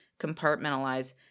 compartmentalize